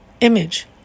image